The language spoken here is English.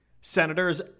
Senators